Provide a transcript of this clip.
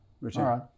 right